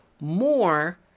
more